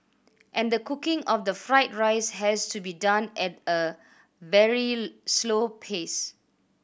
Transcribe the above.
and the cooking of the fried rice has to be done at a very slow pace